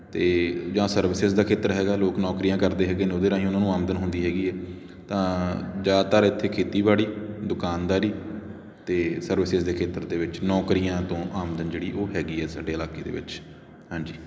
ਅਤੇ ਜਾਂ ਸਰਵਿਸਿਜ਼ ਦਾ ਖੇਤਰ ਹੈਗਾ ਲੋਕ ਨੌਕਰੀਆਂ ਕਰਦੇ ਹੈਗੇ ਨੇ ਉਹਦੇ ਰਾਹੀਂ ਉਹਨਾਂ ਨੂੰ ਆਮਦਨ ਹੁੰਦੀ ਹੈਗੀ ਹੈ ਤਾਂ ਜ਼ਿਆਦਾਤਰ ਇੱਥੇ ਖੇਤੀਬਾੜੀ ਦੁਕਾਨਦਾਰੀ ਅਤੇ ਸਰਵਿਸਿਜ਼ ਦੇ ਖੇਤਰ ਦੇ ਵਿੱਚ ਨੌਕਰੀਆਂ ਤੋਂ ਆਮਦਨ ਜਿਹੜੀ ਉਹ ਹੈਗੀ ਆ ਸਾਡੇ ਇਲਾਕੇ ਦੇ ਵਿੱਚ ਹਾਂਜੀ